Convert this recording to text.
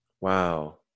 Wow